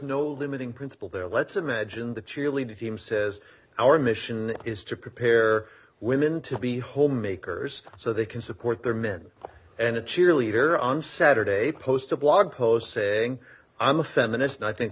no limiting principle there let's imagine the cheerleading team says our mission is to prepare women to be homemakers so they can support their men and a cheerleader on saturday post a blog post saying i'm a feminist not think